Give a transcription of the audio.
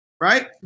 Right